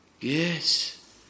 Yes